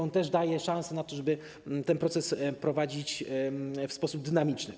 On także daje szansę na to, żeby ten proces prowadzić w sposób dynamiczny.